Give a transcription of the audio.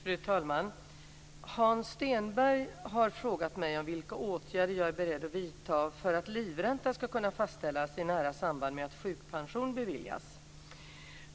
Fru talman! Hans Stenberg har frågat mig vilka åtgärder jag är beredd att vidta för att livränta ska kunna fastställas i nära samband med att sjukpension beviljas.